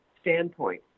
standpoint